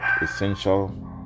essential